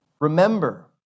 remember